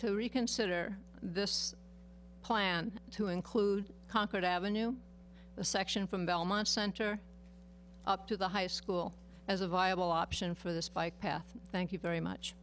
to reconsider this plan to include concord avenue a section from belmont center up to the high school as a viable option for this bike path thank you very much